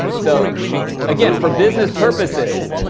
so again for business purposes